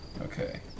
Okay